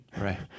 Right